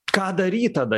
ką daryt tada